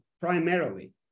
primarily